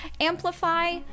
amplify